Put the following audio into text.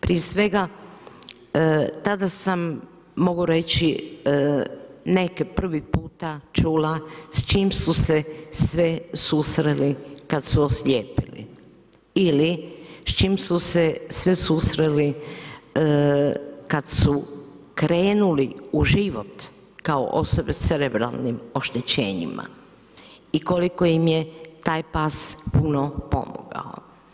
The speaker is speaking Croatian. Prije svega tada sam mogu reći neke prvi puta čula s čim su se sve susreli kada su oslijepili ili s čim su se sve susreli kada su krenuli u život kao osobe s cerebralnim oštećenjima i koliko im je taj pas puno pomogao.